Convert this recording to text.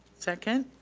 second.